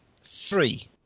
three